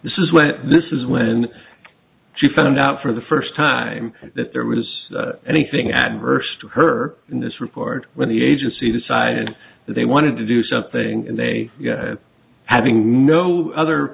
this is when this is when she found out for the first time that there was anything adverse to her in this report when the agency decided they wanted to do something and they having no other